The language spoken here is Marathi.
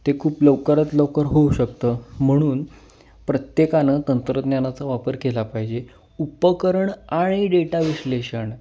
ते खूप लवकरात लवकर होऊ शकतं म्हणून प्रत्येकानं तंत्रज्ञानाचा वापर केला पाहिजे उपकरण आणि डेटा विश्लेषण